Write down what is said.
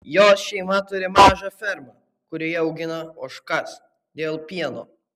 jos šeima turi mažą fermą kurioje augina ožkas dėl pieno